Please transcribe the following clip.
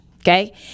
Okay